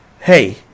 hey